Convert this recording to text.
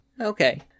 Okay